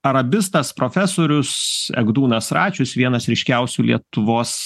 arabistas profesorius egdūnas račius vienas ryškiausių lietuvos